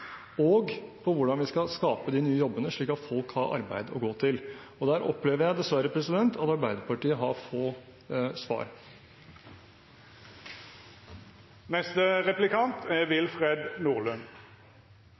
og på hvordan vi skal skape de nye jobbene, slik at folk har arbeid å gå til. Der opplever jeg dessverre at Arbeiderpartiet har få svar.